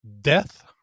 death